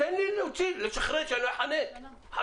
רגע, תן לי לשחרר כדי שלא איחנק, חכה.